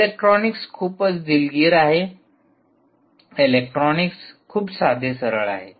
electronics खूपच दिलगीर आहे इलेक्ट्रॉनिक्स खूप साधे सरळ आहे